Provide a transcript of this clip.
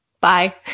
Bye